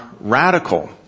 radical